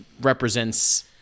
represents